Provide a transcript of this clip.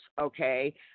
okay